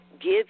give